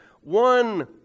one